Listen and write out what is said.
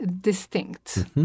distinct